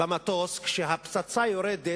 במטוס כשהפצצה יורדת,